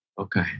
Okay